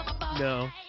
no